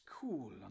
cool